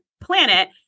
planet